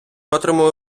отримали